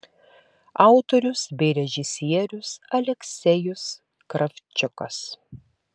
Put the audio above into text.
autorius bei režisierius aleksejus kravčiukas